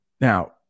Now